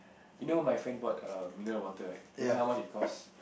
you know my friend bought err mineral water right you know how much it cost